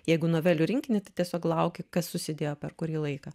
jeigu novelių rinkinį tai tiesiog lauki kas susidėjo per kurį laiką